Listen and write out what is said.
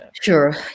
Sure